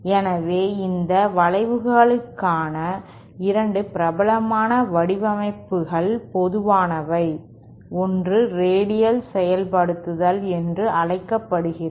எனவே இந்த வளைவுகளுக்கான 2 பிரபலமான வடிவமைப்புகள் பொதுவானவை ஒன்று ரேடியல் செயல்படுத்தல் என்று அழைக்கப்படுகிறது